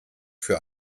für